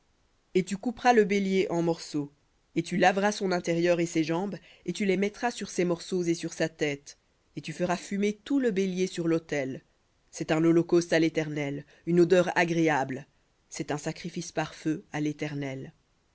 et tu couperas le bélier en morceaux et tu laveras son intérieur et ses jambes et tu les mettras sur ses morceaux et sur sa tête et tu feras fumer tout le bélier sur l'autel c'est un holocauste à l'éternel une odeur agréable c'est un sacrifice par feu à l'éternel